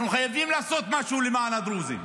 אנחנו חייבים לעשות משהו למען הדרוזים.